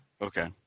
Okay